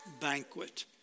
banquet